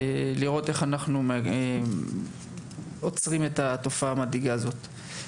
יש לראות איך אנחנו עוצרים את התופעה המדאיגה הזו.